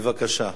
בבקשה,